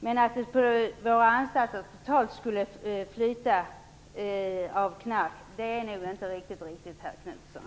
Men att våra anstalter totalt sett skulle flyta av knark är inte riktigt rätt, herr Knutson.